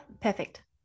perfect